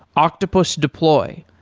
octopus deploy,